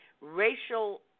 racial